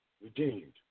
redeemed